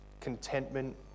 contentment